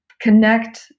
connect